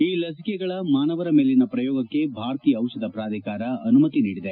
ಈ ಲಸಿಕೆಗಳ ಮಾನವರ ಮೇಲಿನ ಪ್ರಯೋಗಕ್ಕೆ ಭಾರತೀಯ ಔಷಧ ಪ್ರಾಧಿಕಾರ ಅನುಮತಿ ನೀಡಿದೆ